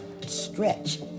stretch